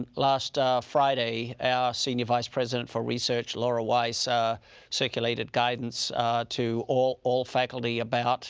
and last friday, our senior vice president for research, laura weiss ah circulated guidance to all all faculty about